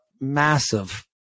massive